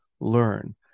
learn